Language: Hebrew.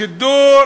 שידור